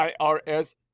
IRS